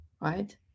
Right